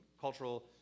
cultural